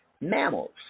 mammals